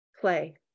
Play